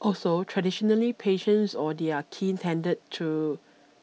also traditionally patients or their kin tended to